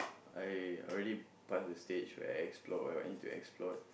I already passed the stage where explore what I need to explore